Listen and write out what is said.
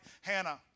Hannah